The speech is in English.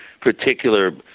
particular